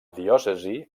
diòcesi